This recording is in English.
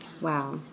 wow